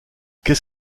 qu’est